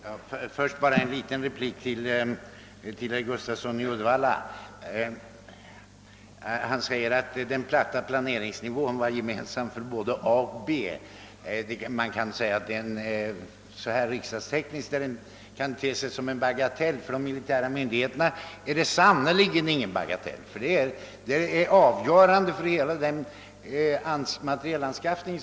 Herr talman! Bara en kort replik till herr Gustafsson i Uddevalla. Herr Gustafsson sade att den platta planeringsnivån var gemensam för både A och B-alternativen. Man kan säga att denna fråga riksdagstekniskt är en bagatell, men för de militära myndigheterna är den sannerligen ingen bagatell. Den är betydelsefull för hela försvarets materielanskaffning.